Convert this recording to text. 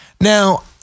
Now